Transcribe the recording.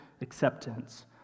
acceptance